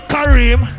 Kareem